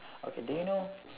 okay do you know